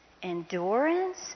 endurance